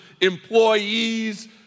employees